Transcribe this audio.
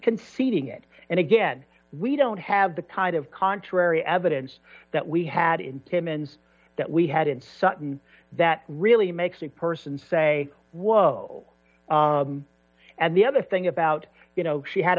conceding it and again we don't have the kind of contrary evidence that we had in timmins that we had in sutton that really makes the person say whoa and the other thing about you know she had